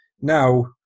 now